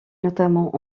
notamment